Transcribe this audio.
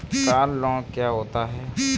Car loan क्या होता है?